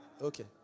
Okay